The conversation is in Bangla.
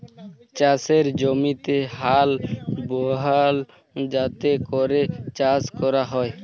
চাষের জমিতে হাল বহাল যাতে ক্যরে চাষ ক্যরা হ্যয়